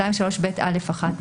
203ב(א)(1),